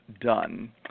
done